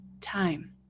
time